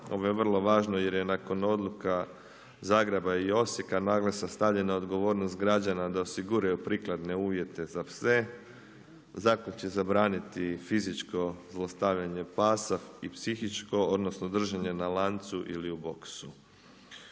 Ovo je vrlo važno jer je nakon odluka Zagreba i Osijeka naglasak stavljen na odgovornost građana da osiguraju prikladne uvjete za pse. Zakon će zabraniti fizičko zlostavljanje pasa i psihičko, odnosno držanje na lancu ili u boksu.